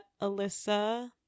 Alyssa